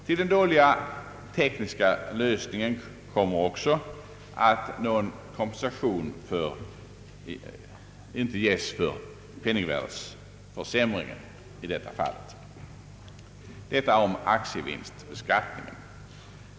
Till den dåliga tekniska lösningen kommer att någon kompensation inte ges för penningvärdeförsämringen. Detta om aktievinstbeskattningen.